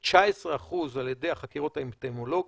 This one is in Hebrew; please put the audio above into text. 19% על ידי החקירות האפידמיולוגיות,